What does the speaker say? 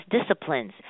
disciplines